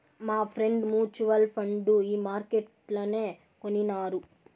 మాఫ్రెండ్ mutual fund ఈ మార్కెట్లనే కొనినారు